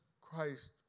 Christ